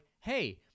hey